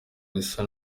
risa